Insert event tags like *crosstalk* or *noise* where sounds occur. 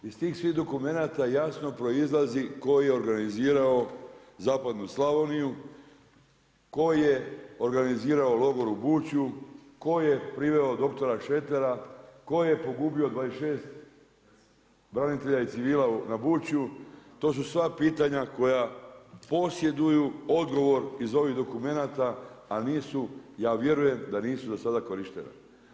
Iz tih svih dokumenata jasno proizlazi tko je organizirao Zapadnu Slavoniju, tko je organizirao logor u Buću, tko priveo doktora, … *unintelligible* tko je pogubio 26 branitelja i civila na Buću, to su sva pitanja koja posjeduju odgovor iz ovih dokumenata a nisu, ja vjerujem da nisu, do sad korištena.